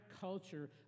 culture